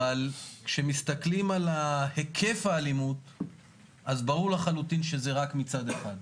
אבל כשמתסכלים על היקף האלימות אז ברור לחלוטין שזה רק מצד אחד.